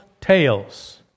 tales